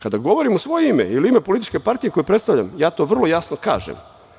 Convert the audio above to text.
Kada govorim u svoje ime ili ime političke partije koju predstavljam, ja to vrlo jasno kažem.